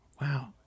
Wow